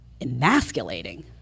emasculating